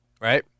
right